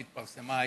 שהתפרסמה היום,